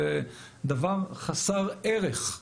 זה דבר חסר ערך.